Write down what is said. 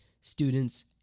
students